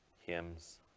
hymns